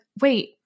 wait